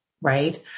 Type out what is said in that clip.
right